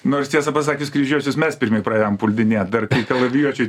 nors tiesą pasakius kryžiuočius mes pirmi praėjom puldinėt dar kalavijuočiai